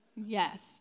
yes